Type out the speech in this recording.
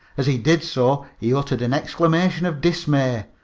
as he did so he uttered an exclamation of dismay.